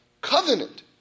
covenant